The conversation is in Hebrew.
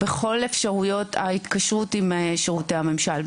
בכל אפשרויות ההתקשרות עם שרותי הממשל,